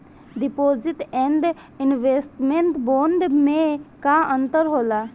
Deposit and investment bond मे का अंतर होला?